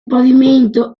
pavimento